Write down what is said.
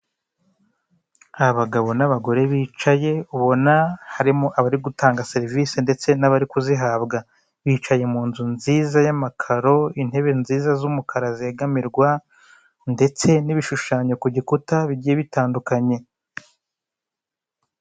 Abagabo n'abagore bicaye, ubona harimo abari gutanga serivisi ndetse n'abari kuzihabwa. Bicaye mu nzu nziza y'amakaro, intebe nziza z'umukara zegamirwa, ndetse n'ibishushanyo ku gikuta bigiye bitandukanye.